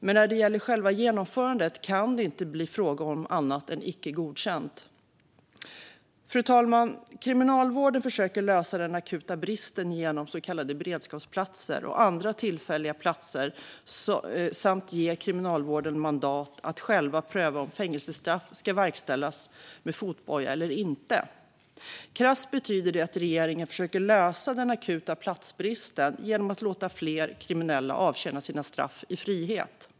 Men när det gäller själva genomförandet kan det inte bli fråga om annat än icke godkänt. Fru talman! Regeringen försöker lösa den akuta bristen genom så kallade beredskapsplatser och andra tillfälliga platser samt genom att ge Kriminalvården mandat att själva pröva om fängelsestraff ska verkställas med fotboja eller inte. Krasst betyder det att regeringen försöker lösa den akuta platsbristen genom att låta fler kriminella avtjäna sina straff i frihet.